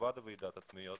ומלבד ועידת התביעות,